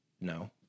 No